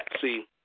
See